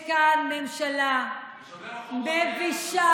יש כאן ממשלה מבישה,